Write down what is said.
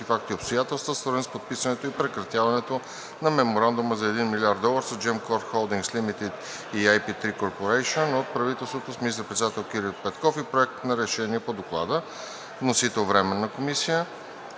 факти и обстоятелства, свързани с подписването и прекратяването на меморандума за 1 млрд. долара с Gemcorp Holdings Limited и IP3 Corporation от правителството с министър-председател Кирил Петков, и Проект на решение по доклада. Вносител е Временната комисия